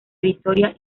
vitoria